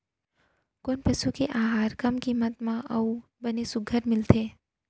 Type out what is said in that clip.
कोन पसु के आहार कम किम्मत म अऊ बने सुघ्घर मिलथे?